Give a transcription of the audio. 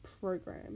program